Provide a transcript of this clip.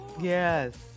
Yes